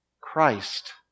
Christ